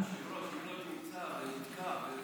הצעות דחופות לסדר-היום בנושא: